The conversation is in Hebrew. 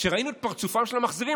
ראינו את פרצופם של המחזירים,